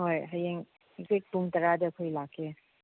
ꯍꯣꯏ ꯍꯌꯦꯡ ꯍꯪꯆꯤꯠ ꯄꯨꯡ ꯇꯔꯥꯗ ꯑꯩꯈꯣꯏ ꯂꯥꯛꯀꯦ